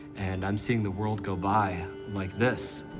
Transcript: and i'm seeing the world go by like this.